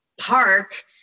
park